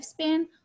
lifespan